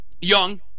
Young